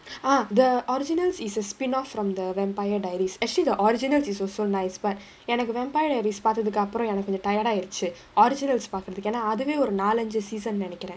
uh the originals is a spin off from the vampire diaries actually the original is also nice but எனக்கு:enakku vampire diaries பாத்ததுக்கு அப்பறம் எனக்கு கொஞ்ச:paathathukku apparam enakku konja tired ஆயிருச்சு:aayiruchu originals பாக்குறதுக்கு ஏனா அதுவே ஒரு நாலஞ்சு:paakkurathukku yaenaa athuvae oru naalanju season நெனைக்குற:nenaikura